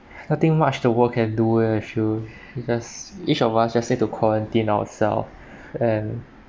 nothing much the world can do actually it just each of us just have to quarantine ourselves and